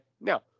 now